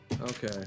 Okay